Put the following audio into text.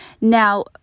Now